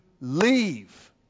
leave